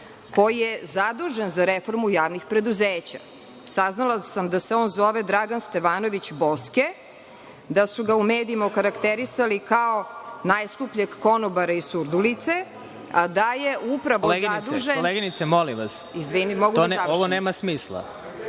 koji je zadužen za reformu javnih preduzeća. Saznala sam da se on zove Dragan Stevanović Boske, da su ga u medijima okarakterisali kao najskupljeg konobara iz Surdulice, da je upravo zadužen… **Vladimir Marinković** Koleginice, ovo nema smisla.